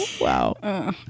Wow